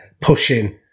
pushing